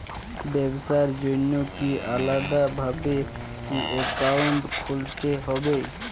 ব্যাবসার জন্য কি আলাদা ভাবে অ্যাকাউন্ট খুলতে হবে?